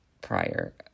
prior